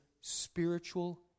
spiritual